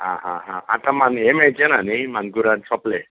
आं हां हां आतां हें मेळचे ना न्हय मानकुराद सोंपले